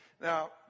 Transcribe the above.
Now